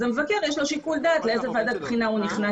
אז למבקר יש שיקול דעת לאיזו ו עדת בחינה הוא נכנס.